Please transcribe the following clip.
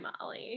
Molly